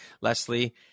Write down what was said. Leslie